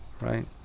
Right